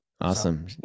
Awesome